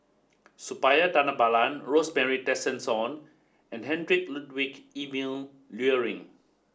Suppiah Dhanabalan Rosemary Tessensohn and Heinrich Ludwig Emil Luering